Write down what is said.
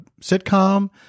sitcom